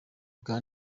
bwa